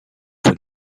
fois